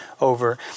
over